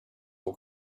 you